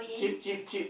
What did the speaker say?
cheap cheap cheap